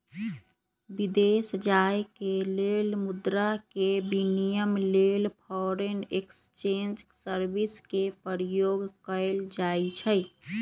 विदेश जाय के लेल मुद्रा के विनिमय लेल फॉरेन एक्सचेंज सर्विस के प्रयोग कएल जाइ छइ